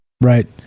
Right